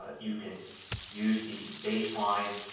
ah you can use the baseline